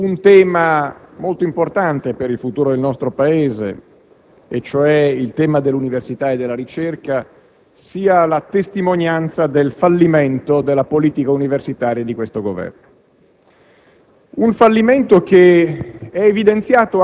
che il provvedimento milleproroghe su un tema molto importante per il futuro del nostro Paese e cioè l'università e la ricerca sia la testimonianza del fallimento della politica universitaria di questo Governo.